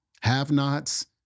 have-nots